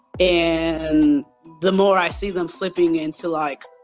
and the more i see them slipping into, like,